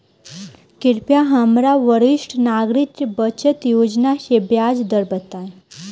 कृपया हमरा वरिष्ठ नागरिक बचत योजना के ब्याज दर बताई